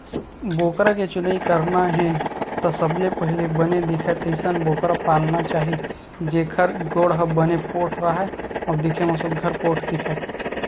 बोकरा के चुनई करना हे त सबले पहिली बने दिखय तइसन बोकरा पालना चाही जेखर गोड़ ह बने पोठ राहय अउ दिखे म सुग्घर पोठ दिखय